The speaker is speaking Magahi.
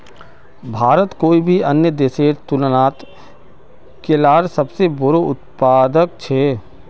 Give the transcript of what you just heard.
भारत कोई भी अन्य देशेर तुलनात केलार सबसे बोड़ो उत्पादक छे